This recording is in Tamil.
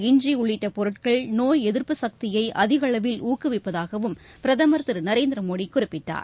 இஞ்சிஉள்ளிட்டபொருட்கள் நோய் எதிர்ப்பு சக்தியைஅதிகஅளவில் ஊக்குவிப்பதாகவும் பிரதமர் திருநரேந்திரமோடிகுறிப்பிட்டார்